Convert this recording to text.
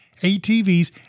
ATVs